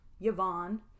Yvonne